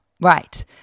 Right